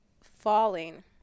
falling